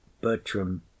Bertram